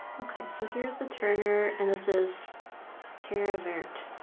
okay. so here's the turner and this is terre verte